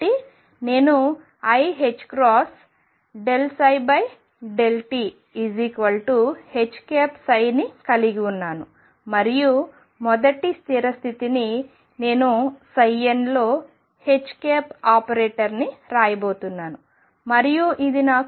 కాబట్టి నేను iℏ∂ψ∂tH ని కలిగి ఉన్నాను మరియు మొదటి స్థిర స్థితిని నేను nలో H ఆపరేటింగ్ని రాయబోతున్నాను మరియు ఇది నాకు Enn